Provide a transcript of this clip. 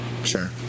Sure